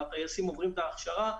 הטייסים עוברים את ההכשרה.